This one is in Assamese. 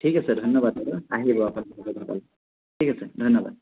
ঠিক আছে ধন্যবাদ দাদা আহিব আপোনালোক ঠিক আছে ধন্যবাদ